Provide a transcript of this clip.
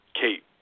Kate